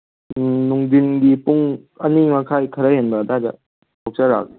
ꯅꯨꯡꯊꯤꯟꯒꯤ ꯄꯨꯡ ꯑꯅꯤ ꯃꯈꯥꯏ ꯈꯔ ꯍꯦꯟꯕ ꯑꯗ꯭ꯋꯥꯏꯗ ꯊꯣꯛꯆꯔꯛꯑꯒꯦ